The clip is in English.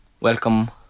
welcome